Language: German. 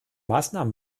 maßnahmen